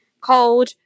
cold